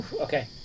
Okay